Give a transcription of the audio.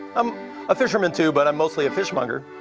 i'm a fisherman too, but i'm mostly a fish but